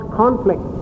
conflict